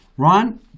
Ron